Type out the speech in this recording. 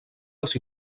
els